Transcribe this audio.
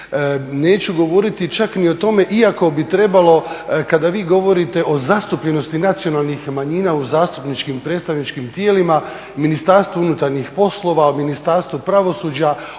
neću govoriti čak ni o tome iako bi trebalo. Kada vi govorite o zastupljenosti nacionalnih manjina u zastupničkim i predstavničkim tijelima, Ministarstvo unutarnjih poslova, Ministarstvo pravosuđa,